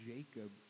Jacob